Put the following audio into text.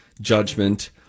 judgment